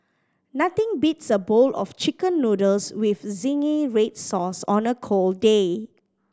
nothing beats a bowl of Chicken Noodles with zingy red sauce on a cold day